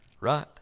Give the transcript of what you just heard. right